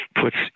puts